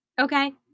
Okay